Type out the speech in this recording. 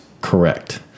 correct